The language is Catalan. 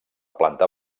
planta